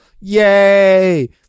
Yay